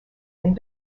and